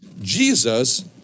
Jesus